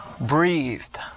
breathed